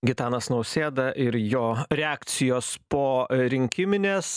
gitanas nausėda ir jo reakcijos po rinkiminės